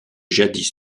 jadis